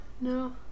No